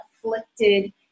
afflicted